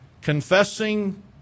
confessing